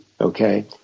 Okay